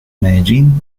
medellín